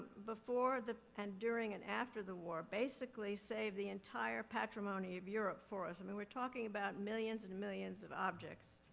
before and during and after the war, basically saved the entire patrimony of europe for us. i mean we're talking about millions and millions of objects.